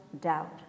doubt